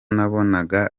nabonaga